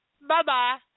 bye-bye